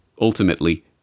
ultimately